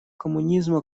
коммунизма